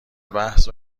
بحث